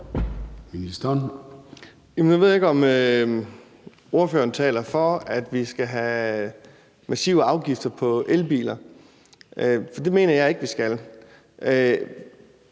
Danielsen): Nu ved jeg ikke, om ordføreren taler for, at vi skal have massive afgifter på elbiler, for det mener jeg ikke vi skal.